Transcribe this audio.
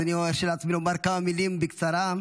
אז אני מרשה לעצמי לומר כמה מילים בקצרה.